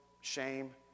shame